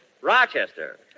Rochester